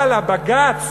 אבל בג"ץ,